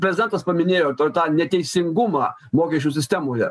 prezidentas paminėjo tą neteisingumą mokesčių sistemoje